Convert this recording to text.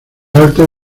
alta